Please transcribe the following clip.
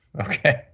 Okay